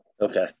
Okay